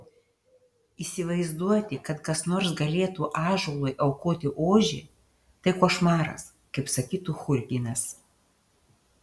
įsivaizduoti kad kas nors galėtų ąžuolui aukoti ožį tai košmaras kaip sakytų churginas